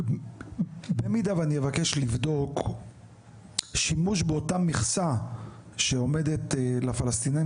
במידה ואני אבקש לבדוק שימוש באותה מכסה שעומדת לפלסטינאים